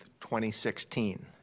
2016